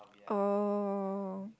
oh